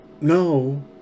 No